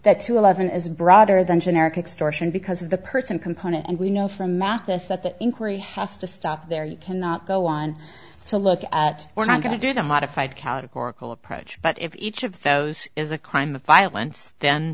that two eleven is broader than generic extortion because of the person component and we know from math the that the inquiry has to stop there you cannot go on to look at we're not going to do the modified categorical approach but if each of those is a crime of violence then